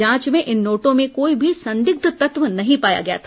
जांच में इन नोटों में कोई भी संदिग्ध तत्व नहीं पाया गया था